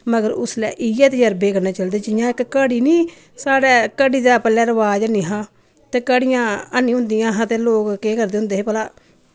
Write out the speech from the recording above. मगर उसलै इ'यै तजर्बे कन्नै चलदे जियां इक घड़ी निं साढ़ै घड़ी दा पैह्ले रवाज है निं हा ते घड़ियां है निं होंदियां हां ते लोक केह् करदे होंदे हे भला